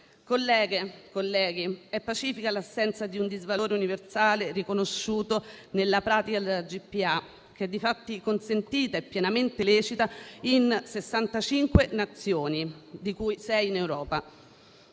Colleghe e colleghi, è pacifica l'assenza di un disvalore universale riconosciuto nella pratica della GPA, che difatti è consentita e pienamente lecita in 65 Nazioni, di cui 6 in Europa.